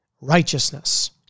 righteousness